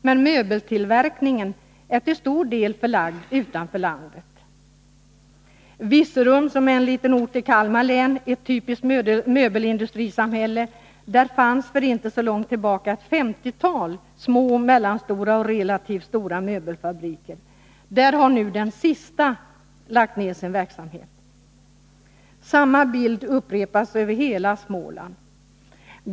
Men möbeltillverkningen är till stor del förlagd utanför landet. Virserum i Kalmar län är ett typiskt möbelindustrisamhälle. Där fanns för inte så länge sedan ett femtiotal små, mellanstora och relativt stora möbelfabriker. Där har nu den sista fabriken lagt ner sin verksamhet. Samma bild upprepas över hela Småland.